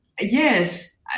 yes